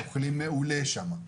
אוכלים מעולה שם.